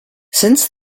since